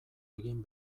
egin